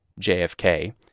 JFK